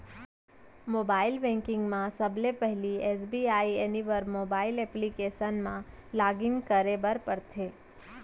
mobile banking म सबले पहिली एस.बी.आई एनिवर मोबाइल एप्लीकेसन म लॉगिन करे बर परथे